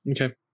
Okay